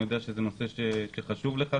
אני יודע שזה נושא שחשוב לך,